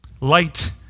light